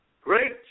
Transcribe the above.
great